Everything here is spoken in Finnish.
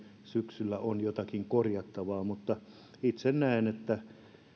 syksyllä on jotakin korjattavaa mutta itse näen että